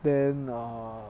then err